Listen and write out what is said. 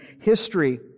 history